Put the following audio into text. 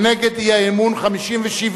בעד החוק ונגד אי-האמון 57,